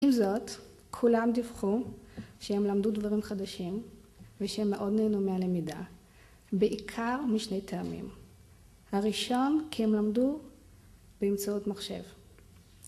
עם זאת, כולם דיווחו שהם למדו דברים חדשים ושהם מאוד נהנו מהלמידה בעיקר משני טעמים, הראשון, כי הם למדו באמצעות מחשב